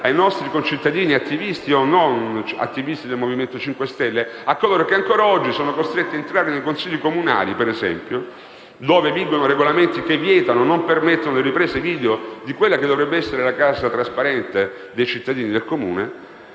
ai nostri concittadini, attivisti o no, del Movimento 5 Stelle, a coloro che sono ancora costretti a entrare nei consigli comunali - per esempio - dove vigono regolamenti che non permettono le riprese video di quella che dovrebbe essere la casa trasparente dei cittadini del Comune.